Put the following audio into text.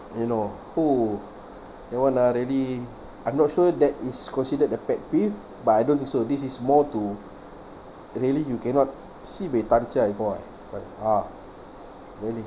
you know !huh! that [one] ah really I'm not sure that is considered effective but I don't also this is more to really you cannot sibeh tamchiak before ah ah really